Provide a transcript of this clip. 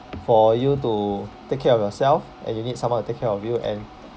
for you to take care of yourself and you need someone to take care of you and